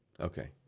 okay